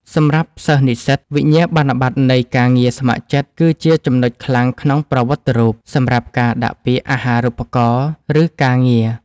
សម្រាប់សិស្សនិស្សិត វិញ្ញាបនបត្រនៃការងារស្ម័គ្រចិត្តគឺជាចំណុចខ្លាំងក្នុងប្រវត្តិរូប សម្រាប់ការដាក់ពាក្យអាហាររូបករណ៍ ឬការងារ។